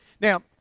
now